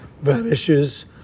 vanishes